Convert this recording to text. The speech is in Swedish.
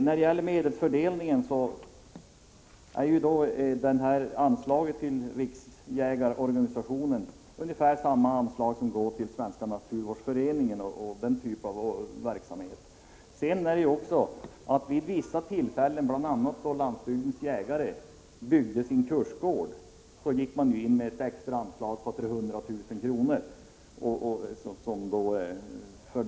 Vad beträffar anslagsfördelningen får man konstatera att anslaget till Jägarnas riksförbund är av ungefär samma art som det som går till Svenska naturskyddsföreningen och riksorganisationer som bedriver motsvarande typ av verksamhet. Vid vissa tillfällen har man ju gått in med extra anslag, bl.a. då Landsbygdens jägare byggde sin kursgård.